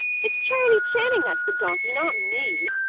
it's charley channing that's the donkey not me,